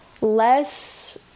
Less